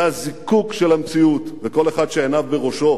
זה הזיקוק של המציאות, וכל אחד שעיניו בראשו